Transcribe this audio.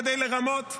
כדי לרמות.